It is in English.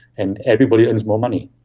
and everybody earns more money.